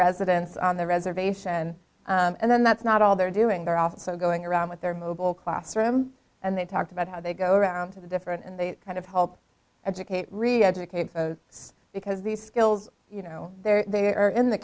residents on the reservation and then that's not all they're doing they're also going around with their mobile classroom and they talked about how they go around to the different and they kind of help educate really educate because these skills you know there they are in the